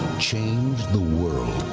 change the world.